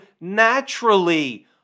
naturally